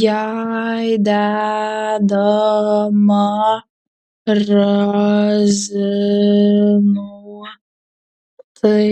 jei dedama razinų tai